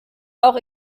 auch